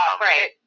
right